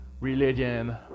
religion